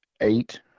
eight